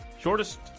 shortest